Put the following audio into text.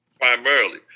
primarily